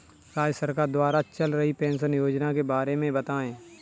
राज्य सरकार द्वारा चल रही पेंशन योजना के बारे में बताएँ?